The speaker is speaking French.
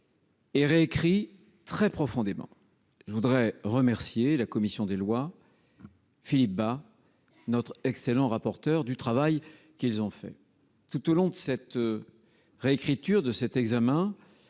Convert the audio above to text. Et réécrit très profondément, je voudrais remercier la commission des Lois Philippe Bas notre excellent rapporteur du travail qu'ils ont fait tout au long de cette réécriture de cet examen,